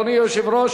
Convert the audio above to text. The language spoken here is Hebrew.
אדוני יושב-ראש